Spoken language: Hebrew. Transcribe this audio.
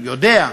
מוותר,